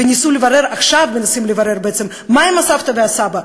ועכשיו מנסים לברר מה עם הסבתא והסבא,